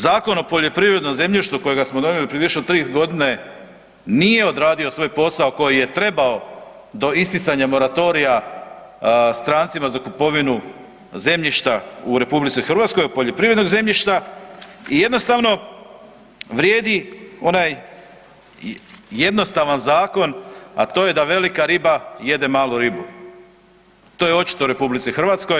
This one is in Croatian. Zakon o poljoprivrednom zemljištu kojega smo donijeli prije više od 3.g. nije odradio svoj posao koji je trebao do isticanja moratorija strancima za kupovinu zemljišta u RH, poljoprivrednog zemljišta i jednostavno vrijedi onaj jednostavan zakon, a to je da „velika riba jede malu ribu“, to je očito u RH.